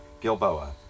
Gilboa